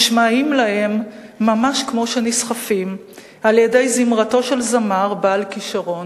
נשמעים להם ממש כמו שנסחפים על-ידי זמרתו של זמר בעל כשרון,